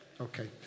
Okay